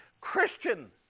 Christian